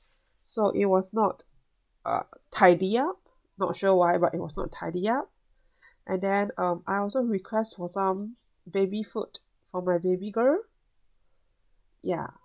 so it was not uh tidy up not sure why it was not tidy up and then um I also request for some baby food for my baby girl ya